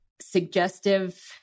suggestive